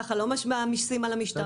כך לא מעמיסים על המשטרה,